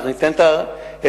אנחנו ניתן את הסיוע.